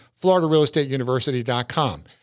floridarealestateuniversity.com